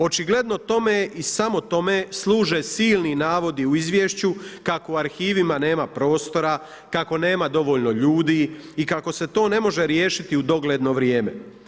Očigledno tome i samo tome služe silni navodi u izvješću kako u arhivima nema prostora, kako nema dovoljno ljudi i kako se to ne može riješiti u dogledno vrijeme.